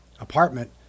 apartment